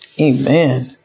Amen